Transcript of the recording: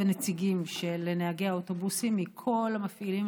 ונציגים של נהגי האוטובוסים מכל המפעילים,